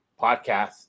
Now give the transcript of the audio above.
Podcast